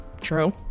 true